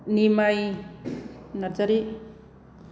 Nimai Narzary